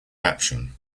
action